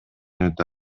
өтө